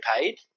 paid